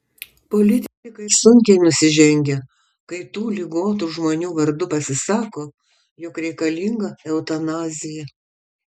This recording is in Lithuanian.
politikai sunkiai nusižengia kai tų ligotų žmonių vardu pasisako jog reikalinga eutanazija